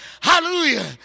Hallelujah